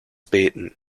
beten